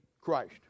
Christ